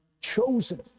chosen